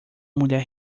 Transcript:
mulher